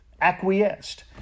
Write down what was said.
acquiesced